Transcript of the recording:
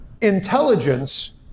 intelligence